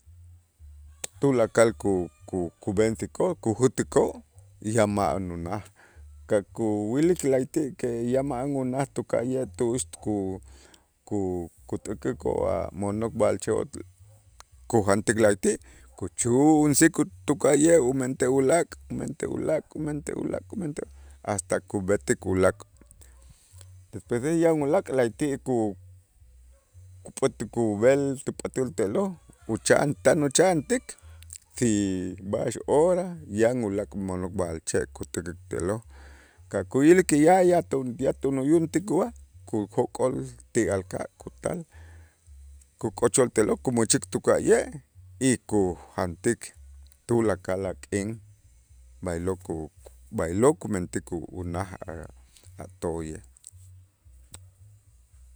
Tulakal ku- ku- kub'ensikoo' kujät'ikoo' ya ma'an unaj kakuwilik la'ayti' que ya ma'an unaj tuka'ye' tu'ux ku- ku- kut'akikoo' a' mo'nok b'a'alche' kujantik la'ayti' kuchu'unsik ku- tuka'ye' umentej ulaak', umentej ulaak', umentej ulaak', umentej hasta kub'etik ulaak', despuese yan ulaak' la'ayti' ku- kup'ätik kub'el ti p'atäl te'lo', ucha'an tan ucha'antik si b'a'ax hora yan ulaak' mo'nok b'a'alche' kut'äkik te'lo', ka' kuyilik ya- ya tun- tunuyuntik kub'aj kujok'ol ti alka' kutal kuk'ochol te'lo' kumächik tuka'ye' y kujantik tulakal a k'in, b'aylo' ku b'aylo' kumentik u- unaj a' a' toyej.